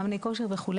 מאמני כושר וכו',